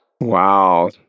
Wow